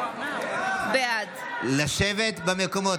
בעד לשבת במקומות.